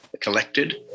collected